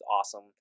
awesome